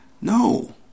No